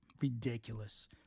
Ridiculous